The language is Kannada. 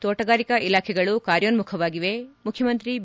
ತೋಟಗಾರಿಕಾ ಇಲಾಖೆಗಳು ಕಾರ್ಯೋನ್ನುಖವಾಗಿವೆ ಮುಖ್ಯಮಂತ್ರಿ ಬಿ